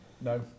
No